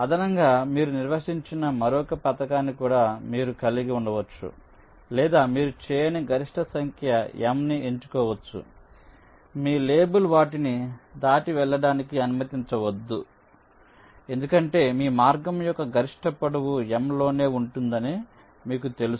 అదనంగా మీరు నిర్వచించని మరొక పథకాన్ని కూడా మీరు కలిగి ఉండవచ్చు లేదా మీరు చేయని గరిష్ట సంఖ్య m ని ఎంచుకోవచ్చు మీ లేబుల్ వాటిని దాటి వెళ్ళడానికి అనుమతించవద్దు ఎందుకంటే మీ మార్గం యొక్క గరిష్ట పొడవు m లోనే ఉంటుందని మీకు తెలుసు